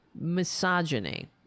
misogyny